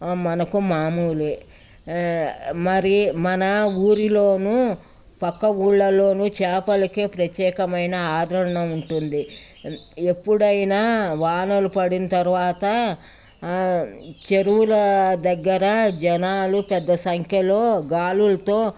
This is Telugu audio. మనకు మామూలే మరి మన ఊరిలోనూ పక్క ఊళ్ళలోనూ చేపలకే ప్రత్యేకమైన ఆదరణ ఉంటుంది ఎప్పుడైనా వానలు పడిన తర్వాత చెరువుల దగ్గర జనాలు పెద్ద సంఖ్యలో గాలులతో